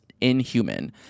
inhuman